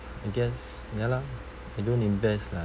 I guess ya lah I don't invest lah